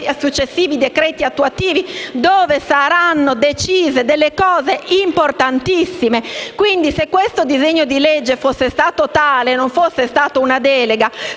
a successivi decreti attuativi dove saranno decise delle cose importantissime. Quindi, se questo disegno di legge fosse stato tale e non fosse stato una delega